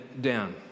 down